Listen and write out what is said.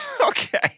Okay